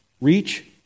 Reach